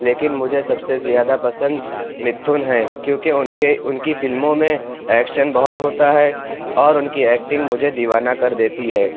لیکن مجھے سب سے زیادہ پسند متھن ہیں کیوں کہ اُن کے اُن کی فلموں میں ایکشن بہت ہوتا ہے اور اُن کی ایکٹنگ مجھے دیوانہ کر دیتی ہے